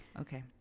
Okay